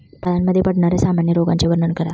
फळांमध्ये पडणाऱ्या सामान्य रोगांचे वर्णन करा